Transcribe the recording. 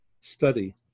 study